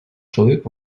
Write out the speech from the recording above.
чоловік